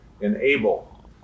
enable